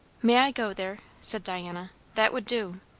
may i go there? said diana. that would do.